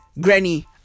Granny